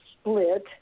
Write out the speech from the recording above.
split